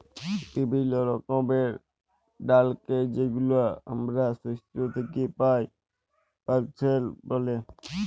বিভিল্য রকমের ডালকে যেগুলা হামরা শস্য থেক্যে পাই, পালসেস ব্যলে